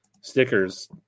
stickers